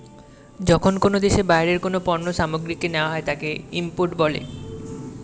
যখন কোনো দেশে বাইরের কোনো পণ্য সামগ্রীকে নেওয়া হয় তাকে ইম্পোর্ট বলে